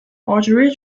archery